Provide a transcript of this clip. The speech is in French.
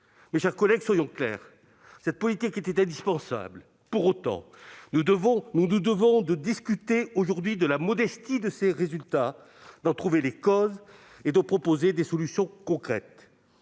Mes chers collègues, soyons clairs : cette politique était indispensable ; pour autant, nous nous devons de discuter aujourd'hui de la modestie de ses résultats, d'en trouver les causes et de proposer des solutions concrètes.